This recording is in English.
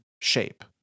shape